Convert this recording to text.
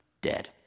dead